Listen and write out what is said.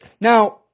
Now